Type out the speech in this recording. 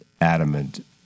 adamant